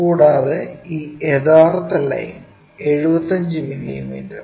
കൂടാതെ ഈ യഥാർത്ഥ ലൈൻ 75 മില്ലീമീറ്റർ